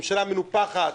ממשלה מנופחת.